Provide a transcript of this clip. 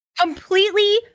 completely